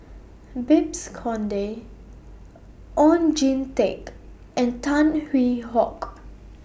Babes Conde Oon Jin Teik and Tan Hwee Hock